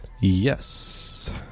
yes